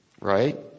Right